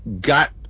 got